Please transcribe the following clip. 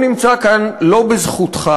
נציגת הסיעה